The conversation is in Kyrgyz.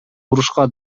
урушка